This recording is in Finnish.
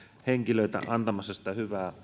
henkilöitä antamassa sitä hyvää